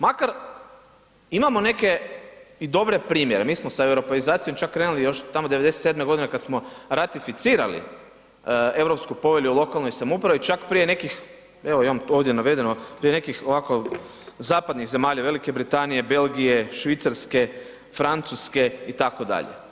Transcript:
Makar imamo neke i dobre primjere, mi smo sa europeizacijom čak krenuli još tamo '97. godine kad smo ratificirali Europsku povelju o lokalnoj samoupravi, čak prije nekih, evo imam ovdje navedeno, prije nekih zapadnih zemalja Velike Britanije, Belgije, Švicarske, Francuske itd.